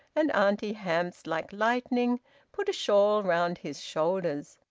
and auntie hamps like lightning put a shawl round his shoulders.